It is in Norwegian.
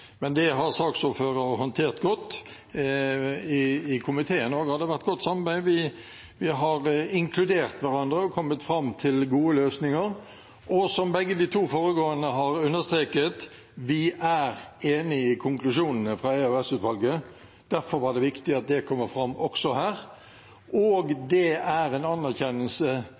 Men det har saksordføreren håndtert godt. Det har også vært godt samarbeid i komiteen. Vi har inkludert hverandre og kommet fram til gode løsninger. Og som begge de to foregående har understreket: Vi er enig i konklusjonene fra EOS-utvalget. Derfor er det viktig at det kommer fram også her. Det er en anerkjennelse